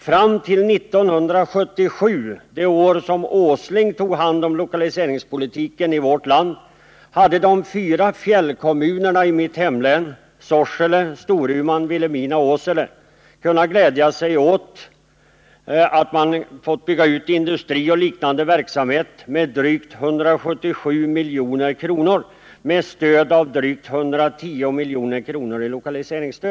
Fram till 1977 — det år då Nils Åsling tog hand om lokaliseringspolitiken i vårt land — hade de fyra fjällkommunerna i mitt hemlän, Sorsele, Storuman, Vilhelmina och Åsele, kunnat glädja sig åt att man fått bygga ut industri och liknande verksamhet med drygt 177 milj.kr. med stöd av drygt 110 milj.kr. i lokaliseringsstöd.